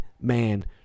man